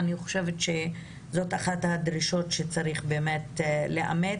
אני חושבת שזו אחת הדרישות שצריך לאמץ,